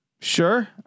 sure